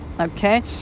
okay